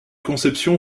conception